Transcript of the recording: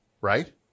right